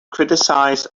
criticize